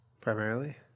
Primarily